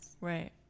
Right